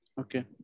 Okay